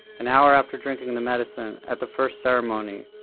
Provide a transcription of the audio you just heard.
an hour after drinking the medicine at the first ceremony,